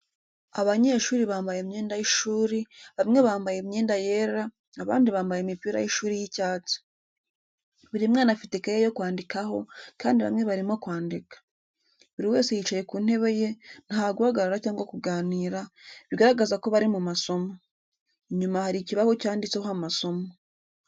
Abanyeshuri bambaye imyenda y’ishuri, bamwe bambaye imyenda yera, abandi bambaye imipira y’ishuri y’icyatsi. Buri mwana afite ikaye yo kwandikaho, kandi bamwe barimo kwandika. Buri wese yicaye ku ntebe ye, nta guhagarara cyangwa kuganira, bigaragaza ko bari mu masomo. Inyuma hari ikibaho cyanditseho amasomo.